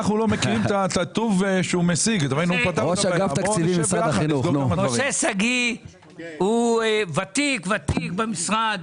משה שגיא הוא ותיק במשרד.